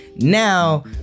now